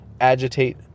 agitate